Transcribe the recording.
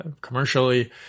commercially